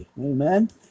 Amen